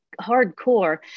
hardcore